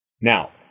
Now